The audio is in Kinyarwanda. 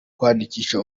kwandikisha